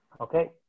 Okay